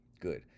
good